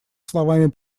словами